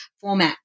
format